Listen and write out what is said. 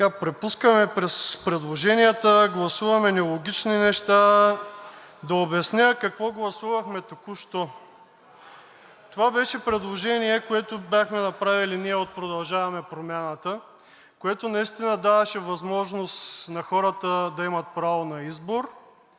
Препускаме през предложенията, гласуваме нелогични неща. Да обясня какво гласувахме току-що. Това беше предложение, което бяхме направили ние от „Продължаваме Промяната“, което наистина даваше възможност на хората да имат право на избор,